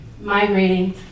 migrating